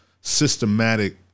systematic